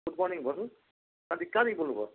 good morning भन्नु कहाँदेखि कहाँदेखि बोल्नुभयो